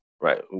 right